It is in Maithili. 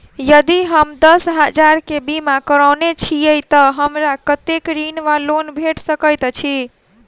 यदि हम दस हजार केँ बीमा करौने छीयै तऽ हमरा कत्तेक ऋण वा लोन भेट सकैत अछि?